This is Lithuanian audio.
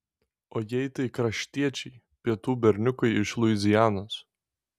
o jei tai kraštiečiai pietų berniukai iš luizianos